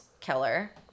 killer